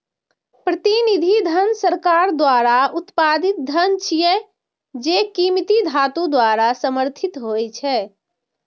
प्रतिनिधि धन सरकार द्वारा उत्पादित धन छियै, जे कीमती धातु द्वारा समर्थित होइ छै